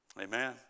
Amen